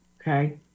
okay